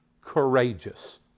courageous